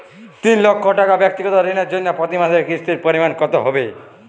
তিন লক্ষ টাকা ব্যাক্তিগত ঋণের জন্য প্রতি মাসে কিস্তির পরিমাণ কত হবে?